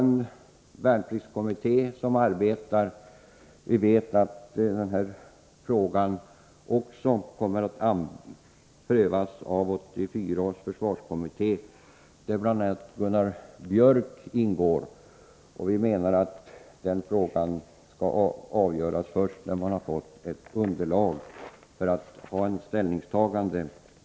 En värnpliktskommitté arbetar. Vi vet att denna fråga kommer att prövas också av 1984 års försvarskommitté, där bl.a. Gunnar Björk i Gävle ingår. Vi menar att denna fråga skall avgöras först när man har fått tillräckligt underlag för ett ställningstagande.